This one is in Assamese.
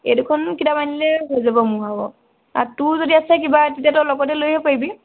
এই দুখন কিতাপ আনিলেই হৈ যাব মোৰ ভাগৰ আৰু তোৰ যদি আছে কিবা তেতিয়া তই লগতে লৈ আহিব পাৰিবি